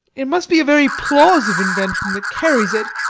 it must be a very plausive invention that carries it.